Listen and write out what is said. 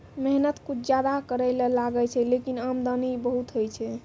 मेहनत कुछ ज्यादा करै ल लागै छै, लेकिन आमदनी बहुत होय छै